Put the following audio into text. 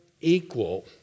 equal